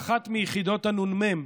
באחת מיחידות הנ"מ,